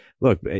look